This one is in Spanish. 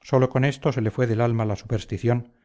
sólo con esto se le fue del alma la superstición